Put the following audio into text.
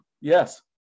Yes